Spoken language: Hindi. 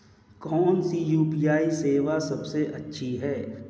कौन सी यू.पी.आई सेवा सबसे अच्छी है?